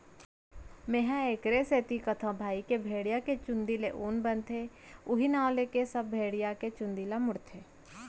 मेंहा एखरे सेती कथौं भई की भेड़िया के चुंदी ले ऊन बनथे उहीं नांव लेके सब भेड़िया के चुंदी ल मुड़थे